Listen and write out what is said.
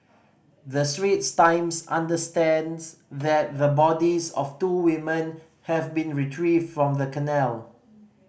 the Straits Times understands that the bodies of two women have been retrieved from the canal